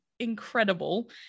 Incredible